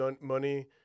money